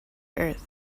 earth